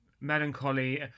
melancholy